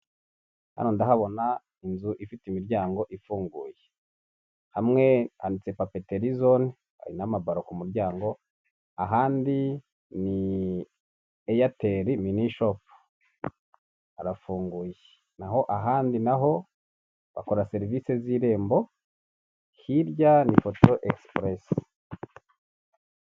Hano ndahabona inzu ifite imiryango ifunguye hamwe handitse papeteri zone hari n'amabaro ku muryango ahandi ni eyateri(airtel )minishopu (mini shop) harafunguye naho ahandi naho bakora serivisi z'irembo, hirya ni ifoto egisupuresi ( expres).